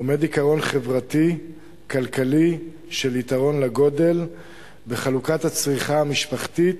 עומד עיקרון חברתי-כלכלי של יתרון לגודל בחלוקת הצריכה המשפחתית,